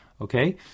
okay